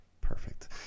Perfect